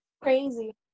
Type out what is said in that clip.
Crazy